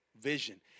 vision